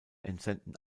entsenden